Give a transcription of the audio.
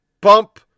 bump